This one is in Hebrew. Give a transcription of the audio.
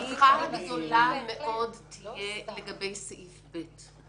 טרחה גדולה מאוד תהיה לגבי סעיף (ב).